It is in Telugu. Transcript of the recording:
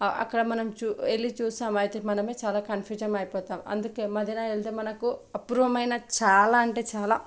అక్కడ మనం చూ వెళ్ళి చూసాం అయితే మనమే చాలా కన్ఫ్యూజ్ అయిపోతాం అందుకే మదీనా వెళితే మనకు అపూర్వమైన చాలా అంటే చాలా